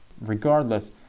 Regardless